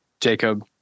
Jacob